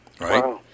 right